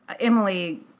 Emily